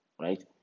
Right